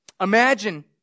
Imagine